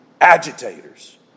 Agitators